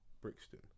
Brixton